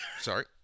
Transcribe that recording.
Sorry